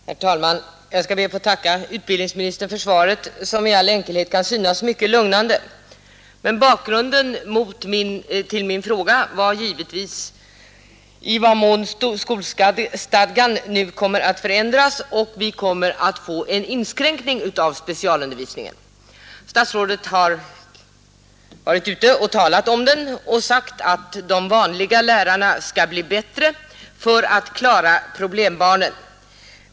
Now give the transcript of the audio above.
Herr talman! Jag skall be att få tacka utbildningsministern för svaret, som i all enkelhet kan synas mycket lugnande. Men bakgrunden till min fråga var givetvis i vad mån skolstadgan nu kommer att förändras och vi kommer att få en inskränkning i specialundervisningen. Statsrådet har talat härom och sagt, att de vanliga lärarna skall bli bättre för att kunna undervisa problembarnen.